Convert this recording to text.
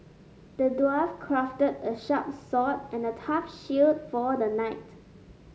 the dwarf crafted a sharp sword and a tough shield for the knight